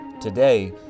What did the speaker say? Today